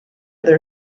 their